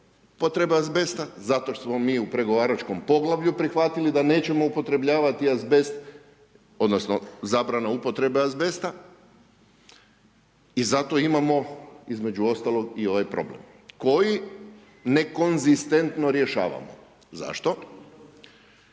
potreba azbesta, zato što smo mi u pregovaračkom poglavlju prihvatili da nećemo upotrebljavati azbest, odnosno zabrana upotrebe azbesta i zato imamo između ostalo i ovaj problem koji nekonzistentno rješavamo. Zašto?